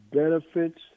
benefits